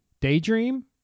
daydream